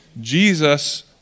Jesus